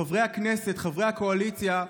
חברי הכנסת, חברי הקואליציה,